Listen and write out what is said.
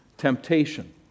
temptation